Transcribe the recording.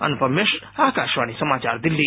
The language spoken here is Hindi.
अनुपम मिश्र आकाशवाणी समाचार दिल्ली